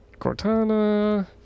Cortana